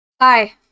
Hi